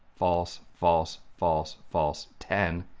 false false false false, ten.